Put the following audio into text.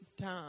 time